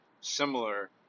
similar